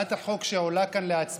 הצעת החוק שעולה כאן להצבעה